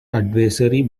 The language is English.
advisory